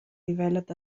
developed